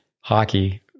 hockey